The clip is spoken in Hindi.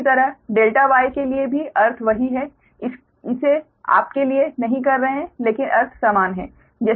इसी तरह ∆ Y के लिए भी अर्थ वही है इसे आपके लिए नहीं कर रहे है लेकिन अर्थ समान है